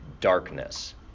darkness